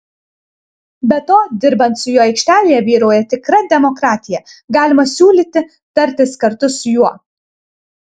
be to dirbant su juo aikštelėje vyrauja tikra demokratija galima siūlyti tartis kartu su juo